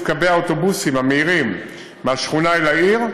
קווי האוטובוסים המהירים מהשכונה אל העיר,